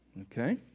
Okay